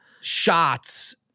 shots